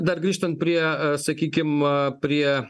dar grįžtant prie sakykim prie